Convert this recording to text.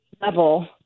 level